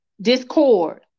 Discord